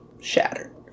shattered